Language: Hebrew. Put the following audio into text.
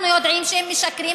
אנחנו יודעים שהם משקרים,